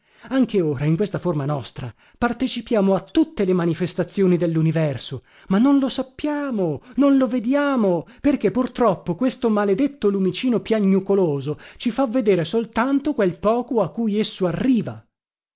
anche ora in questa forma nostra partecipiamo a tutte le manifestazioni delluniverso ma non lo sappiamo non lo vediamo perché purtroppo questo maledetto lumicino piagnucoloso ci fa vedere soltanto quel poco a cui esso arriva